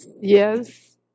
Yes